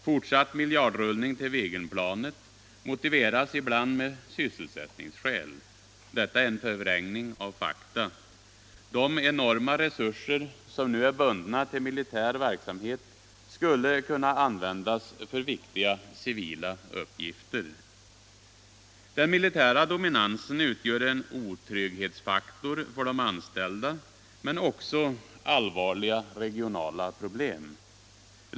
Fortsatt miljardrullning till Viggenplanet motiveras ibland med sysselsättningsskäl. Detta är en förvrängning av Allmänpolitisk debatt Allmänpolitisk debatt fakta. De enorma resurser som nu är bundna till militär verksamhet skulle kunna användas för viktiga civila uppgifter. Den militära dominansen utgör en otrygghetsfaktor för de anställda men medför också allvarliga regionala problem.